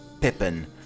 pippin